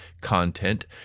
content